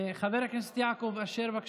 חבר הכנסת יעקב אשר, בבקשה.